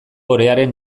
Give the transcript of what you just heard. orearen